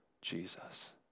Jesus